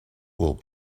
will